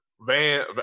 Van